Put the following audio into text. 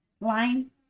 line